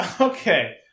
okay